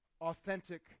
authentic